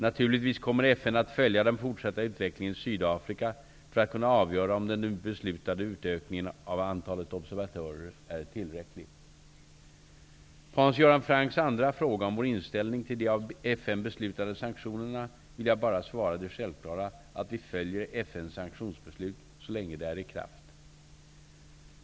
Naturligtvis kommer FN att följa den fortsatta utvecklingen i Sydafrika för att kunna avgöra om den nu beslutade utökningen av antalet observatörer är tillräcklig. På Hans Göran Francks andra fråga om vår inställning till de av FN beslutade sanktionerna vill jag bara svara det självklara att vi följer FN:s sanktionsbeslut så länge de är i kraft.